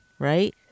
right